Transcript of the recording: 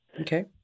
okay